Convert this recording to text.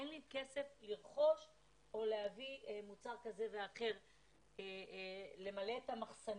אין לי כסף לרכוש או להביא מוצר כזה ואחר למלא את המחסנים.